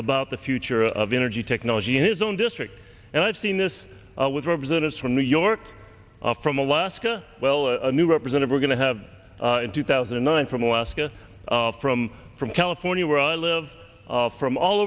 about the future of energy technology in his own district and i've seen this with representatives from new york off from alaska well a new represented we're going to have in two thousand and nine from alaska from from california where i live from all